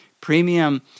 premium